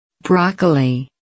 Broccoli